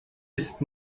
ist